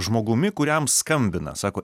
žmogumi kuriam skambina sako